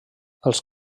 els